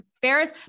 Ferris